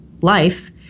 life